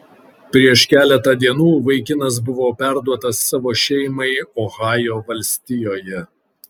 prieš keletą dienų vaikinas buvo perduotas savo šeimai ohajo valstijoje